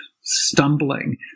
stumbling